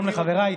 שלום לחבריי.